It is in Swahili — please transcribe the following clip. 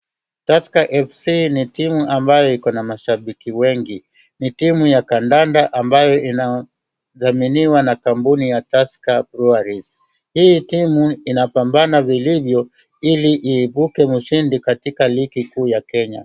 Tusker FC ni timu ambayo iko na mashabiki wengi. Ni timu ya kandanda ambayo inadhaminiwa na kampuni ya Tusker Breweries. Hii timu inapamabana vilivyo ili iibuke mshindi katika ligi kuu ya Kneya.